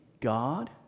God